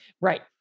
Right